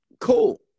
Cool